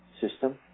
system